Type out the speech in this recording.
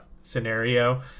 scenario